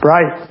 Right